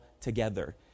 together